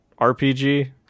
RPG